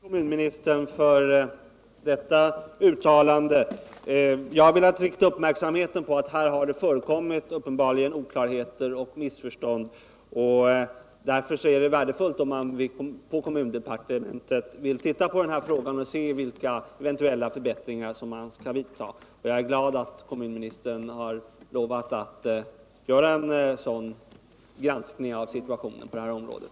Herr talman! Jag vill tacka kommunministern för detta uttalande. Jag har velat rikta uppmärksamheten på att det uppenbarligen har förekommit oklarheter och missförstånd. Därför är det värdefullt om kommundepartementet vill undersöka vilka eventuella förbättringar som kan vidtas. Jag är glad att kommunministern har lovat att göra en sådan granskning av situationen på det här området.